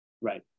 Right